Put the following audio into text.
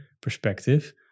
perspective